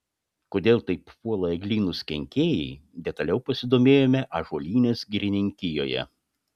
kodėl taip puola eglynus kenkėjai detaliau pasidomėjome ąžuolynės girininkijoje